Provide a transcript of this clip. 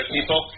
people